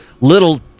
little